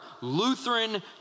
Lutheran